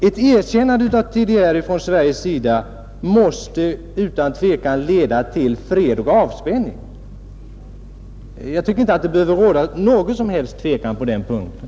Ett erkännande av TDR från Sveriges sida måste utan tvekan leda till fred och avspänning — jag tycker inte att det behöver råda något som helst tvivel på den punkten.